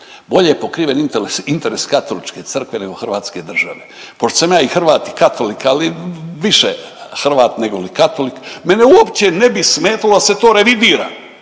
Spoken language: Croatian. Bolje je pokriven interes Katoličke crkve nego hrvatske države. Pošto sam ja i Hrvat i katolik, ali više Hrvat negoli katolik mene uopće ne bi smetalo da se to revidira,